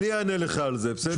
אני אענה לך על זה.